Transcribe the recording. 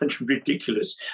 ridiculous